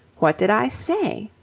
what did i say?